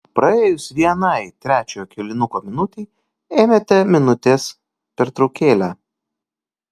praėjus vienai trečiojo kėlinuko minutei ėmėte minutės pertraukėlę